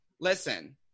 listen